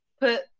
put